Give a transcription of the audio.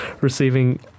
receiving